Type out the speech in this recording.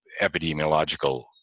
epidemiological